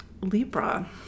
Libra